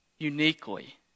Uniquely